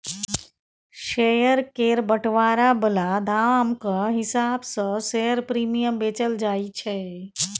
share केर बंटवारा बला दामक हिसाब सँ शेयर प्रीमियम बेचल जाय छै